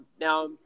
now